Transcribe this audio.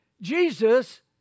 Jesus